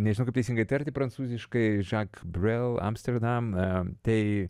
nežinau kaip teisingai tarti prancūziškai žak brel amsterdam tai